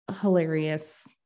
hilarious